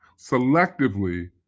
selectively